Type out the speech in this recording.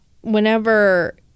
whenever